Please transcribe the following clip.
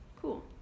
Cool